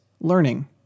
learning